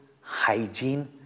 hygiene